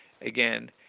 again